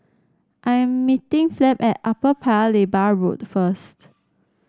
I am meeting Flem at Upper Paya Lebar Road first